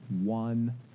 one